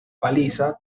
paliza